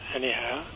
anyhow